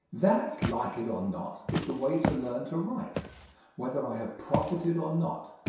that, like it or not, is the way to learn to write whether i have profited or not,